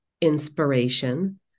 inspiration